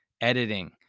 editing